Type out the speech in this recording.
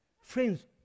friends